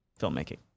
filmmaking